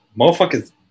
motherfuckers